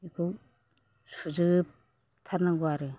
बेखौ सुजोबथारनांगौ आरो